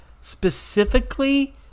specifically